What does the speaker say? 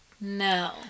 No